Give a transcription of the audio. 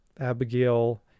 Abigail